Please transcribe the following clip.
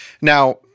Now